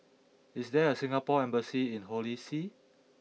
is there a Singapore embassy in Holy See